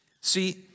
see